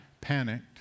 panicked